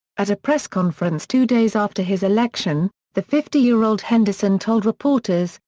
at a press conference two days after his election, the fifty year old henderson told reporters,